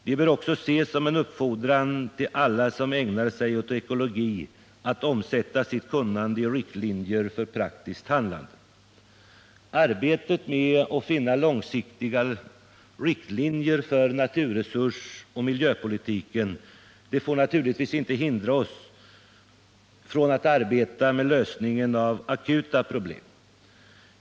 De bör också ses som en uppfordran till alla som ägnar sig åt ekologi att omsätta sitt kunnande i riktlinjer för praktiskt Arbetet med att finna långsiktiga riktlinjer för naturresursoch miljöpolitiken får inte hindra oss att arbeta med lösningen av akuta problem.